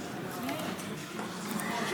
ההצבעה: 46